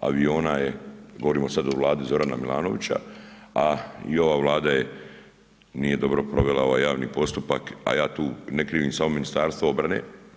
aviona je, govorimo sad o Vladi Zorana Milanovića, a i ova Vlada je nije dobro provela ovaj javni postupak, a ja tu ne krivim samo Ministarstvo obrane.